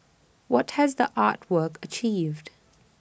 what has the art work achieved